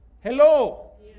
Hello